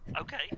Okay